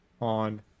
on